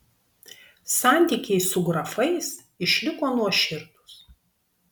santykiai su grafais išliko nuoširdūs